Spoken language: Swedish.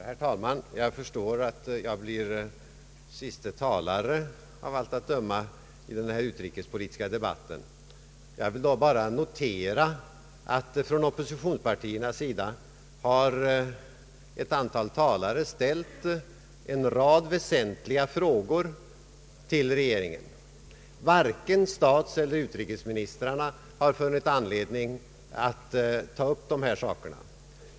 Herr talman! Jag förstår att jag blir, av allt att döma, den sista talaren i denna utrikespolitiska debatt. Jag vill då bara notera att ett antal talare från oppositionsparterna ställt en rad väsentliga frågor till regeringen. Varken statseller utrikesministern har funnit anledning att ta upp dessa saker.